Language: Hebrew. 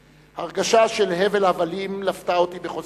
"הרגשה של הבל הבלים לפתה אותי בחוזקה.